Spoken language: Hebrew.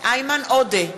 איימן עודה,